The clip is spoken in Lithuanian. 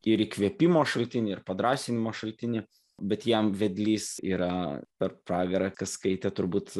ir įkvėpimo šaltinį ir padrąsinimo šaltinį bet jam vedlys yra per pragrą kas skaitė turbūt